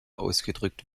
ausgedrückt